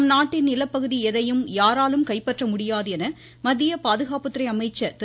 நம் நாட்டின் நிலப்பகுதி எதையும் யாராலும் கைப்பற்ற முடியாது என மத்திய பாதுகாப்பு துறை அமைச்சர் திரு